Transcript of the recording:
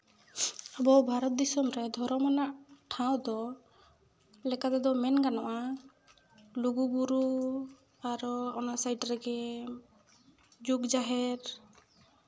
ᱟᱵᱚ ᱵᱷᱟᱨᱚᱛ ᱫᱤᱥᱚᱢ ᱨᱮ ᱫᱷᱚᱨᱚᱢ ᱟᱱᱟᱜ ᱴᱷᱟᱶ ᱫᱚ ᱞᱮᱠᱟ ᱛᱮᱫᱚ ᱢᱮᱱ ᱜᱟᱱᱚᱜᱼᱟ ᱞᱩᱜᱩᱼᱵᱳᱨᱳ ᱟᱨᱚ ᱚᱱᱟ ᱥᱟᱭᱤᱰ ᱨᱮᱜᱮ ᱡᱩᱜᱽ ᱡᱟᱦᱮᱨ